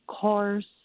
cars